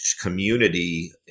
community